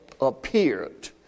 appeared